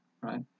right